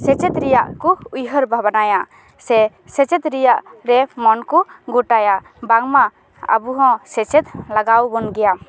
ᱥᱮᱪᱮᱫ ᱨᱮᱭᱟᱜ ᱠᱚ ᱩᱭᱦᱟᱹᱨ ᱵᱷᱟᱵᱽᱱᱟᱭᱟ ᱥᱮ ᱥᱮᱪᱮᱫ ᱨᱮᱭᱟᱜ ᱨᱮ ᱢᱚᱱ ᱠᱚ ᱜᱚᱴᱟᱭᱟ ᱵᱟᱝᱢᱟ ᱟᱵᱚ ᱦᱚᱸ ᱥᱮᱪᱮᱫ ᱞᱟᱜᱟᱣ ᱵᱚᱱ ᱜᱮᱭᱟ